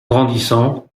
grandissant